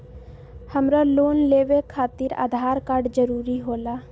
हमरा लोन लेवे खातिर आधार कार्ड जरूरी होला?